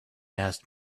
asked